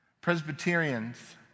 Presbyterians